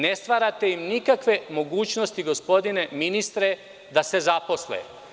Ne stvarate im nikakve mogućnosti, gospodine ministre, da se zaposle.